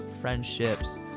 friendships